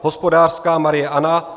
Hospodářská Marie Anna